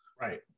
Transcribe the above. Right